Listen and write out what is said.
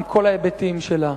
עם כל ההיבטים שלה,